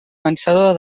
vencedor